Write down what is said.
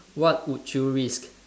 what would you risk